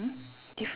!huh! diff~